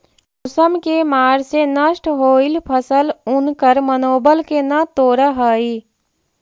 मौसम के मार से नष्ट होयल फसल उनकर मनोबल के न तोड़ हई